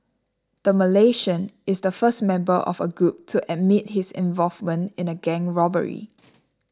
the Malaysian is the first member of a group to admit his involvement in a gang robbery